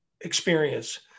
experience